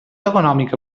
econòmica